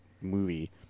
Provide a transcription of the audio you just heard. movie